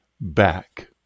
back